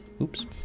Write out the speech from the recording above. Oops